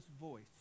voice